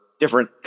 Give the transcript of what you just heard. different